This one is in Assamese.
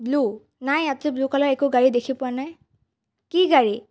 ব্লো নাই ইয়াতে ব্লো কালাৰ একো গাড়ী দেখিয়ে পোৱা নাই কি গাড়ী